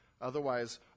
Otherwise